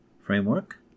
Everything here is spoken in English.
framework